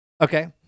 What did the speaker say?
okay